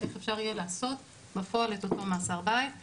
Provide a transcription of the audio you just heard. איך אפשר יהיה לעשות בפועל את אותו מאסר בית.